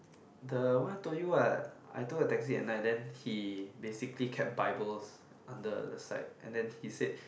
the one I told you what I took the taxi at night then he basically kept bibles under the side and then he said